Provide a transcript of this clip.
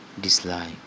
dislike